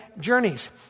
journeys